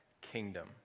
kingdom